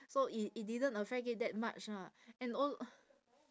so it it didn't affect it that much ah and al~